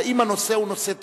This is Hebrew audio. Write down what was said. האם הנושא הוא נושא תקציבי.